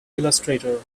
illustrator